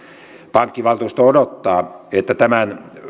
pankkivaltuusto odottaa että tämän